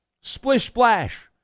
splish-splash